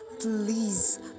Please